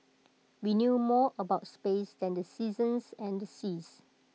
we knew more about space than the seasons and the seas